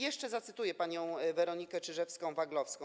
Jeszcze zacytuję panią Weronikę Czyżewską-Waglowską: